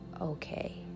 okay